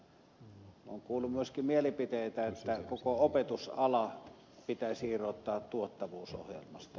olen kuullut myöskin mielipiteitä että koko opetusala pitäisi irrottaa tuottavuusohjelmasta